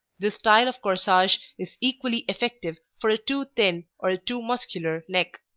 this style of corsage is equally effective for a too thin or a too muscular neck.